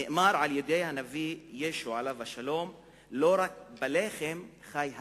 אמר הנביא ישו עליו השלום: לא רק על הלחם חי האדם.